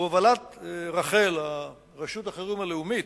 בהובלת רח"ל, רשות החירום הלאומית,